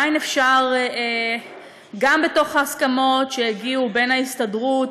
גם בהסכמות שיגיעו בין ההסתדרות